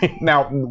Now